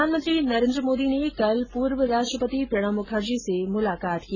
प्रधानमंत्री नरेन्द्र मोदी ने कल पूर्व राष्ट्रपति प्रणव मुखर्जी से मुलाकात की